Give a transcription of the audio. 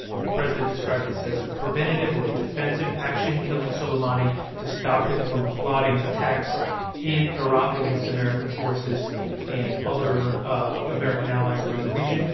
the president described this as a preventative or a defensive action killing soleimani to stop him from plotting attacks in iraq against american forces and other ah american allies around the region.